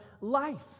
life